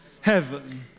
heaven